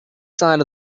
side